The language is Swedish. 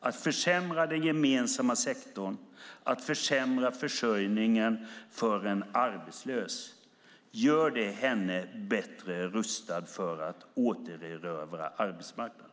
Gör försämringar av den gemensamma sektorn och försämringar av försörjningen för en arbetslös henne bättre rustad för att återerövra arbetsmarknaden?